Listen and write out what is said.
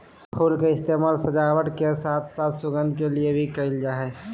फुल के इस्तेमाल सजावट के साथ साथ सुगंध के लिए भी कयल जा हइ